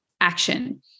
action